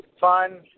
fun